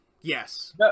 Yes